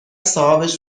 صاحابش